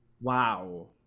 wow